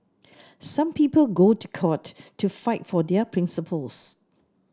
some people go to court to fight for their principles